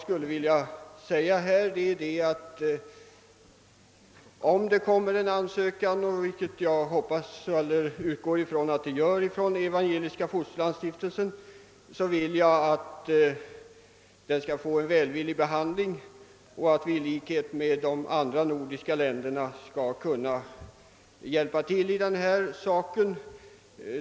Kommer det nu en ansökan till regeringen från Evangeliska fosterlandsstiftelsen, vilket jag utgår ifrån, önskar jag att den blir välvilligt behandlad och att Sverige i likhet med andra nordiska länder skall kunna hjäl pa.